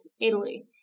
Italy